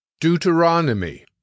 Deuteronomy